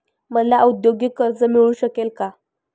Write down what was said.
मला औद्योगिक कर्ज मिळू शकेल का?